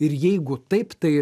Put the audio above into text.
ir jeigu taip tai